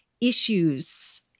issues